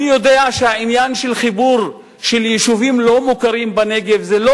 אני יודע שהעניין של חיבור של יישובים לא מוכרים בנגב זה לא